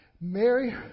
Mary